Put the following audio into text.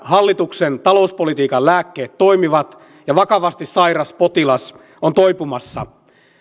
hallituksen talouspolitiikan lääkkeet toimivat ja vakavasti sairas potilas on toipumassa